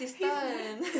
kids leh